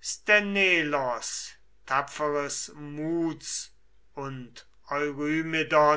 sthenelos tapferes muts und